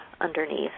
underneath